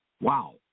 Wow